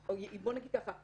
או בוא נגיד ככה,